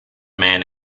man